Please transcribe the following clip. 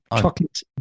chocolate